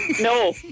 No